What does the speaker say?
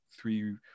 three